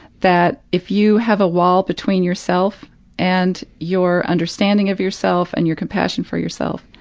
that if you have a wall between yourself and your understanding of yourself and your compassion for yourself,